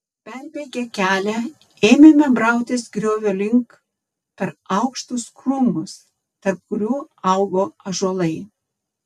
perbėgę kelią ėmėme brautis griovio link per aukštus krūmus tarp kurių augo ąžuolai